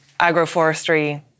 agroforestry